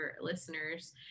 listeners